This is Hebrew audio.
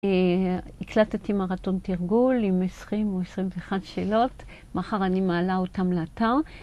הקלטתי מרתון תרגול עם עשרים או עשרים ואחת שאלות. מחר אני מעלה אותם לאתר.